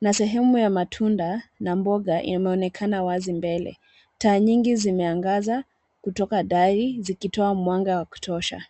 na sehemu ya matunda na mboga imeonekana wazi mbele. Taa nyingi zimeangaza kutoka dari, zikitoa mwanga wa kutosha.